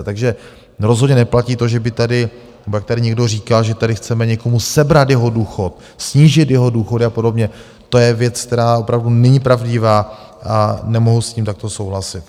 Takže rozhodně neplatí to, že by tady nebo jak tady někdo říká, že tady chceme někomu sebrat jeho důchod, snížit jeho důchod a podobně, to je věc, která opravdu není pravdivá a nemohu s tím takto souhlasit.